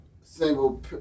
single